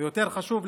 ויותר חשוב,